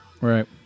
Right